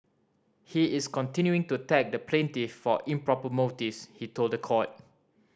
he is continuing to attack the plaintiff for improper motives he told the court